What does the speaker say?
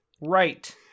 Right